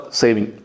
saving